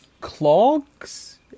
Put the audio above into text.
clogs